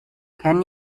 can